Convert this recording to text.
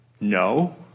No